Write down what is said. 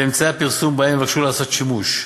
ואמצעי הפרסום שבהם יבקשו לעשות שימוש.